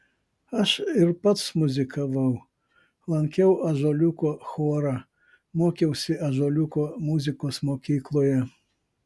aš ir pats muzikavau lankiau ąžuoliuko chorą mokiausi ąžuoliuko muzikos mokykloje